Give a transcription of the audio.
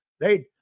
right